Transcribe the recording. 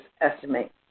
estimate